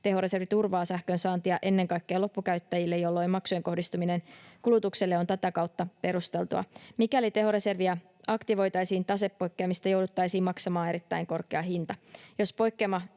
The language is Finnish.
tehoreservi turvaa sähkönsaantia ennen kaikkea loppukäyttäjille, jolloin maksujen kohdistaminen kulutukselle on tätä kautta perusteltua. Mikäli tehoreserviä aktivoitaisiin, tasepoikkeamista jouduttaisiin maksamaan erittäin korkea hinta.